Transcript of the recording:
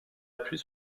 appuie